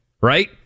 right